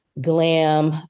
glam